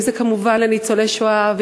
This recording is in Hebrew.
ואם זה כמובן לניצולי שואה,